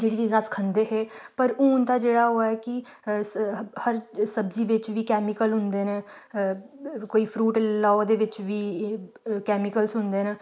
जेह्ड़ी चीजां अस खंदे हे पर हून दा जेह्ड़ा ओह् ऐ कि हर सब्जी बिच्च बी कैमिक्ल होंदे न कोई फ्रूट लेई लैओ ओह्दे बिच्च बी कैमिक्लस होंदे न